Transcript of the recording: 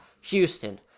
Houston